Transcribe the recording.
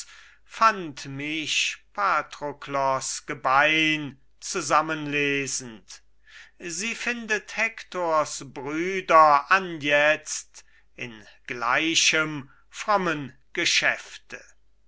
fand mich patroklos gebein zusammenlesend sie findet hektors brüder anjetzt in gleichem frommem geschäfte